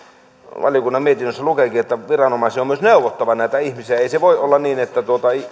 valiokunnan mietinnössä lukeekin että viranomaisen on myös neuvottava näitä ihmisiä ei voi olla niin että